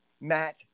Matt